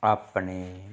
ਆਪਣੇ